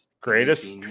greatest